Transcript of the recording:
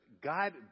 God